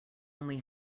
only